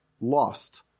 lost